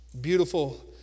beautiful